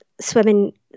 swimming